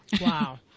Wow